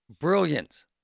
Brilliant